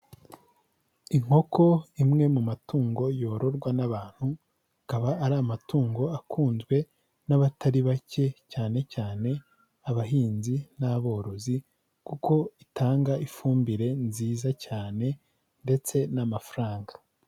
Inkoko imwe mu matungo yororwa n'abantu, akaba ari amatungo akunzwe n'abatari bake cyane cyane abahinzi n'aborozi kuko itanga ifumbire nziza cyane ndetse n'amafaranga.